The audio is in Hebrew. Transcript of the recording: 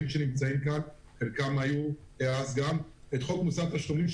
שנמצאים כאן את חוק מוסר התשלומים,